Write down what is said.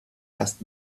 erst